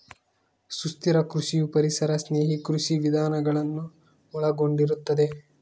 ಸುಸ್ಥಿರ ಕೃಷಿಯು ಪರಿಸರ ಸ್ನೇಹಿ ಕೃಷಿ ವಿಧಾನಗಳನ್ನು ಒಳಗೊಂಡಿರುತ್ತದೆ